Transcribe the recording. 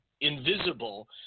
invisible